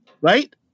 right